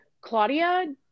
Claudia